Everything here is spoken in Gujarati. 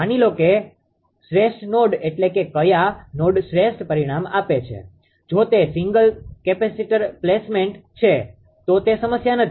માની લો કે શ્રેષ્ઠ નોડ એટલે કે ક્યા નોડ શ્રેષ્ઠ પરિણામ આપે છે જો તે સિંગલ કેપેસિટર પ્લેસમેન્ટ છે તો તે સમસ્યા નથી